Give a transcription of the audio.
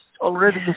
already